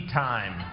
time